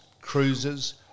cruisers